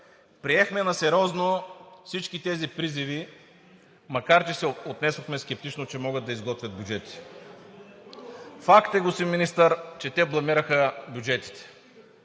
Приехме насериозно всички тези призиви, макар че се отнесохме скептично, че могат да изготвят бюджета. Факт е, господин Министър, че те бламираха бюджетите.